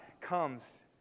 comes